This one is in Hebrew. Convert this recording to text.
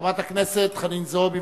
חברת הכנסת חנין זועבי,